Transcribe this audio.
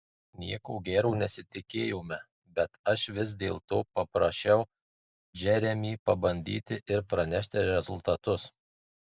nieko gero nesitikėjome bet aš vis dėlto paprašiau džeremį pabandyti ir pranešti rezultatus